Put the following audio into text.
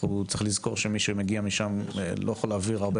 צריך לזכור שמי שמגיע משם לא יכול הרבה